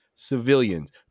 civilians